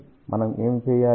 కాబట్టి మనం ఏమి చేయాలి